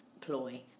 ploy